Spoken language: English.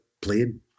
playing